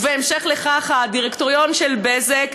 ובהמשך לכך, הדירקטוריון של "בזק"